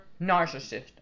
narcissist